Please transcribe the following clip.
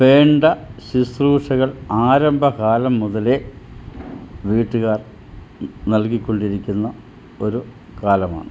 വേണ്ട ശുശ്രൂഷകൾ ആരംഭ കാലം മുതലേ വീട്ടുകാർ നൽകിക്കൊണ്ടിരിക്കുന്ന ഒരു കാലമാണ് മാണ്